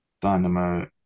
Dynamo